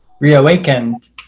reawakened